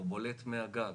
הוא בולט מהגג.